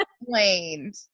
Explained